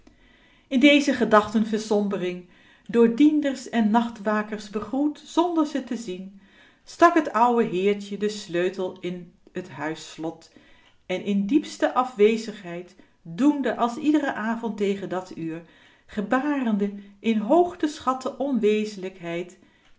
in deze gedachten versombering door dienders en nachtwakers begroet zonder ze te zien stak t ouwe heertje den sleutel in t huisslot en in diepste afwezigheid doende als iederen avond tegen dat uur gebarende in hoog